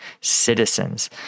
citizens